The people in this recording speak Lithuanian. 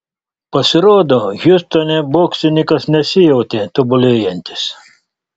pasirodo hjustone boksininkas nesijautė tobulėjantis